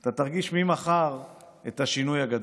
אתה תרגיש ממחר את השינוי הגדול.